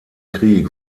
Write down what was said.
krieg